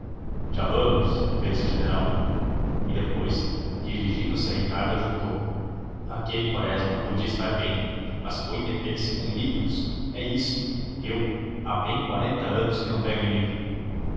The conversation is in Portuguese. já vamos fez o general e depois dirigindo-se a ricardo ajuntou aquele quaresma podia estar bem mas foi meter-se com livros é isto eu há bem quarenta anos que não pego em livro